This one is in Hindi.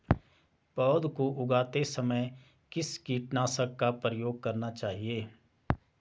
पौध को उगाते समय किस कीटनाशक का प्रयोग करना चाहिये?